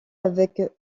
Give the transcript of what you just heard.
avec